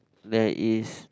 there is